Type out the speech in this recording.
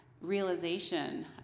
realization